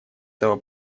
этого